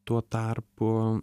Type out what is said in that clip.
tuo tarpu